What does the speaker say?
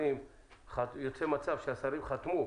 יוצא מצב שהשרים חתמו,